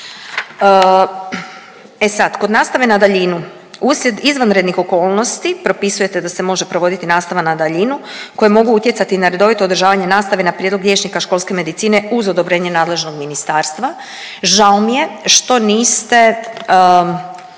E sad, kod nastave na daljinu uslijed izvanrednih okolnosti propisujete da se može provoditi nastava na daljinu koje mogu utjecati na redovito održavanje nastave na prijedlog liječnika školske medicine uz odobrenje nadležnog ministarstva. Žao mi je što niste